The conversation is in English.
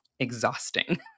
exhausting